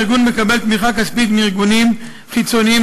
הארגון מקבל תמיכה כספית מארגונים חיצוניים,